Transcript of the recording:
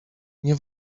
nie